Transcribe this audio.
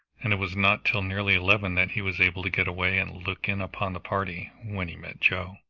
and it was not till nearly eleven that he was able to get away and look in upon the party, when he met joe.